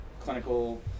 clinical